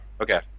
Okay